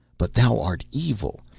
but thou art evil,